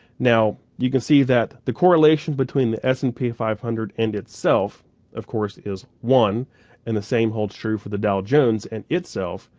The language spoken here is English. now you can see that the correlation between the s and p five hundred and itself of course is one and the same holds true for the dow jones and itself,